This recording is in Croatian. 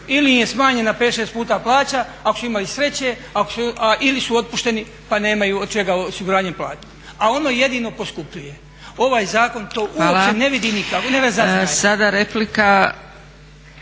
im je smanjena 5, 6 puta plaća ako su imali sreće ili su otpušteni pa nemaju od čega osiguranje platiti a ono jedino poskupljuje. Ovaj zakon to uopće ne vidi nikako, ne razaznaje.